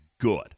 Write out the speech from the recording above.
good